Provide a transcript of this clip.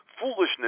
foolishness